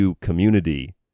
community